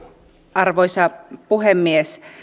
arvoisa puhemies